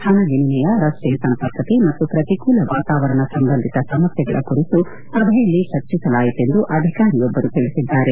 ಹಣ ವಿನಿಮಯ ರಸ್ತೆ ಸಂಪರ್ಕತೆ ಮತ್ತು ಪ್ರತಿಕೂಲ ವಾತಾವರಣ ಸಂಬಂಧಿತ ಸಮಸ್ಥೆಗಳ ಕುರಿತು ಸಭೆಯಲ್ಲಿ ಚರ್ಚಿಸಲಾಯಿತೆಂದು ಅಧಿಕಾರಿಯೊಬ್ಲರು ತಿಳಿಸಿದ್ದಾರೆ